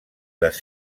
les